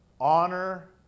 honor